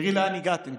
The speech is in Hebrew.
תראי לאן הגעתם.